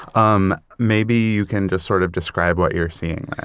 um maybe you can just sort of describe what you're seeing